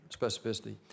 specificity